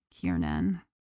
Kiernan